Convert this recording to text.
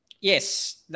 yes